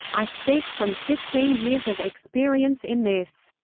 i speak from fifteen years of experience in this.